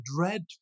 dread